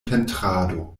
pentrado